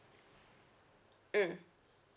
mm